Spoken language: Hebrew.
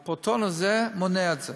ה"פרוטון" הזה מונע את זה,